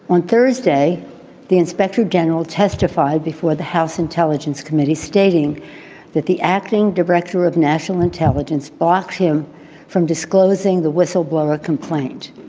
on thursday the inspector general testified before the house intelligence committee stating that the acting director of national intelligence blocked him from disclosing the whistleblower complaint.